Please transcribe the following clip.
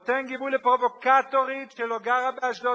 נותן גיבוי לפרובוקטורית שלא גרה באשדוד,